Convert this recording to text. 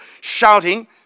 shouting